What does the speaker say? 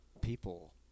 people